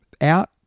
Out